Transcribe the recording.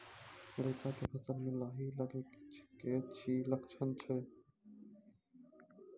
रैचा के फसल मे लाही लगे के की लक्छण छै?